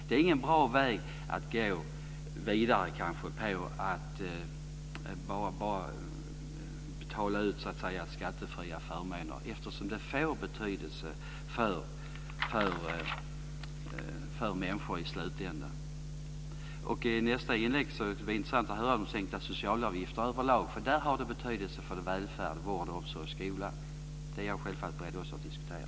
Det är inte någon bra väg att gå vidare på att bara betala ut skattefria förmåner, eftersom det får betydelse för människor i slutändan. Det ska bli intressant att i nästa inlägg höra om sänkta socialavgifter överlag, för det har betydelse för välfärd, vård, omsorg och skola. Det är jag självfallet också beredd att diskutera.